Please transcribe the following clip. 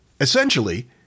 Essentially